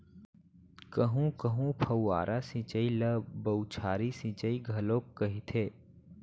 कहूँ कहूँ फव्वारा सिंचई ल बउछारी सिंचई घलोक कहिथे